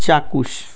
ଚାକ୍ଷୁଷ